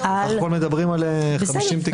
אנחנו מדברים על 50 תיקים.